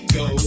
go